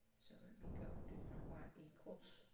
so let me go do my y equals